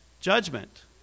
judgment